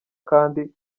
kandi